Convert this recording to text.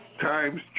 times